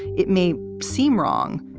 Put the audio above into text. it may seem wrong,